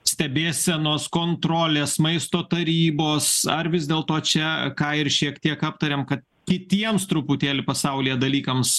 stebėsenos kontrolės maisto tarybos ar vis dėlto čia ką ir šiek tiek aptarėm kad kitiems truputėlį pasaulyje dalykams